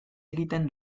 egiten